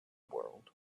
world